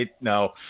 no